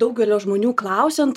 daugelio žmonių klausiant